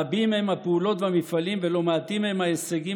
רבים הם הפעולות והמפעלים ולא מעטים הם ההישגים